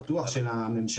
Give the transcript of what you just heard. בטוח של הממשלה,